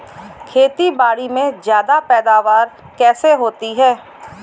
खेतीबाड़ी में ज्यादा पैदावार कैसे होती है?